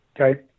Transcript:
Okay